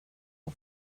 har